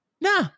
No